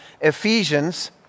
Ephesians